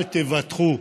אל תוותרו.